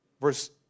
Verse